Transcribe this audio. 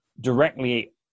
directly